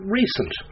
recent